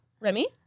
Remy